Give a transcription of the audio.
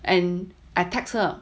and I text her